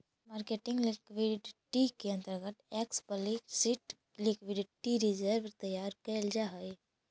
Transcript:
marketing liquidity के अंतर्गत explicit liquidity reserve तैयार कैल जा हई